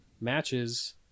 matches